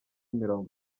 mirongo